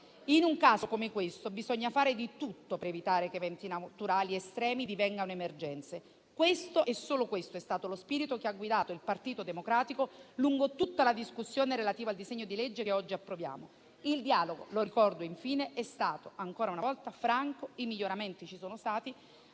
In un caso come questo, bisogna fare di tutto per evitare che eventi naturali estremi divengano emergenze. Questo e solo questo è stato lo spirito che ha guidato il Partito Democratico lungo tutta la discussione relativa al disegno di legge che oggi approviamo. Il dialogo - lo ricordo, infine - è stato ancora una volta franco e i miglioramenti ci sono stati,